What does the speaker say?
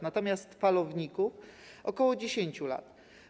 Natomiast falowników - ok. 10 lat.